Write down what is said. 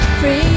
free